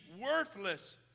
worthless